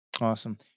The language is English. Awesome